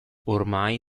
ormai